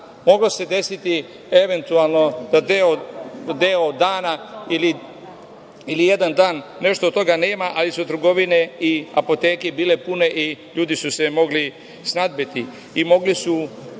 Moglo se desiti eventualno da deo dana ili jedan dan nešto od toga nema, ali su trgovine i apoteke bile pune i ljudi su se mogli snabdeti i mogli su